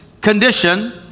condition